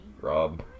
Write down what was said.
Rob